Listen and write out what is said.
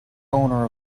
owner